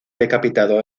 decapitado